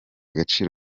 agaciro